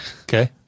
Okay